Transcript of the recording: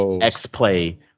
X-Play